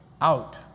out